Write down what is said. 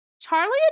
Charlie